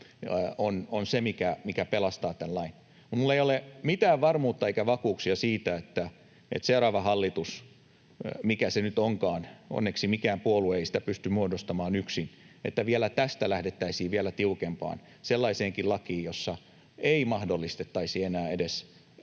on se, mikä pelastaa tämän lain. Minulla ei ole mitään varmuutta eikä vakuuksia siitä, ettei seuraava hallitus — mikä se nyt onkaan, onneksi mikään puolue ei sitä pysty muodostamaan yksin — tästä lähtisi vielä tiukempaan, sellaiseenkin lakiin, jossa ei mahdollistettaisi enää edes